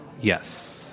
Yes